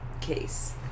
Case